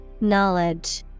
Knowledge